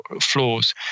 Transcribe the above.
floors